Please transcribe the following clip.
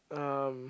um